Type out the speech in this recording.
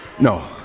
no